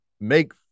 make